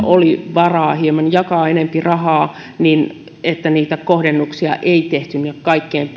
oli varaa jakaa hieman enempi rahaa niin niitä kohdennuksia ei tehty kaikkein